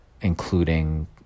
including